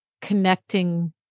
connecting